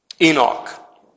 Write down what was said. Enoch